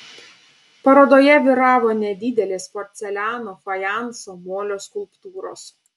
parodoje vyravo nedidelės porceliano fajanso molio skulptūros